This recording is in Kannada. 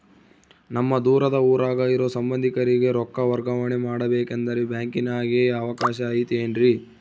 ನಮ್ಮ ದೂರದ ಊರಾಗ ಇರೋ ಸಂಬಂಧಿಕರಿಗೆ ರೊಕ್ಕ ವರ್ಗಾವಣೆ ಮಾಡಬೇಕೆಂದರೆ ಬ್ಯಾಂಕಿನಾಗೆ ಅವಕಾಶ ಐತೇನ್ರಿ?